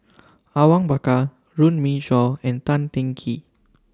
Awang Bakar Runme Shaw and Tan Teng Kee